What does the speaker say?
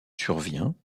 survient